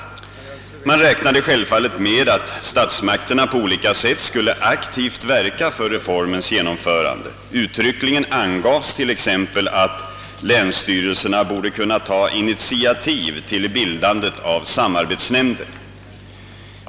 Man räknade självfallet med att statsmakterna på olika sätt skulle aktivt verka för reformens genomförande. Uttryckligen angavs t.ex. att länsstyrelserna borde kunna ta initiativ till bildandet av samarbetsnämnder.